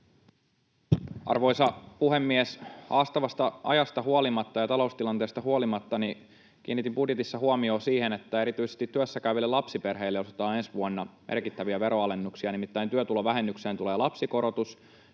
Arvoisa puhemies! Haastavasta ajasta huolimatta ja taloustilanteesta huolimatta kiinnitin budjetissa huomiota siihen, että erityisesti työssäkäyville lapsiperheille osoitetaan ensi vuonna merkittäviä veronalennuksia, nimittäin työtulovähennykseen tulee lapsikorotus,